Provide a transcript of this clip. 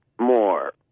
more